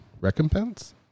Recompense